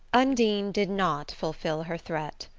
undine did not fulfil her threat.